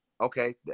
Okay